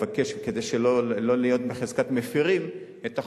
כדי לא להיות בחזקת מפירים את החוק,